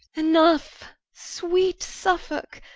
enough sweet suffolke,